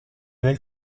nel